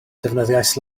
defnyddiais